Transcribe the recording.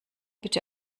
bitte